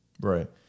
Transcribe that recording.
Right